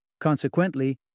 Consequently